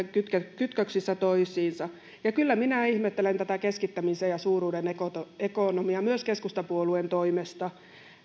kytköksissä toisiinsa kyllä minä ihmettelen tätä keskittämisen ja suuruuden ekonomiaa myös keskustapuolueen toimesta